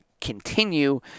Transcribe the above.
continue